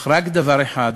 אך ורק דבר אחד: